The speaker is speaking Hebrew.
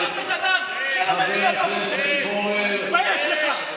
אתה, תתבייש לך.